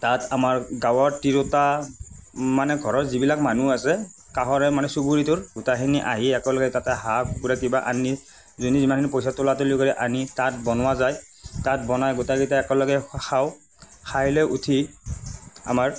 তাত আমাৰ গাঁৱৰ তিৰোতা মানে ঘৰৰ যিবিলাক মানুহ আছে কাষৰে মানে চুবুৰীটোৰ গোটেইখিনি আহি একেলগে তাতে হাঁহ কুকুৰা কিবা আনি যোনে যিমানখিনি পইচা তোলা তোলি কৰি আনি তাত বনোৱা যায় তাত বনাই গোটেইকেইটাই একেলগে খাওঁ খাই লৈ উঠি আমাৰ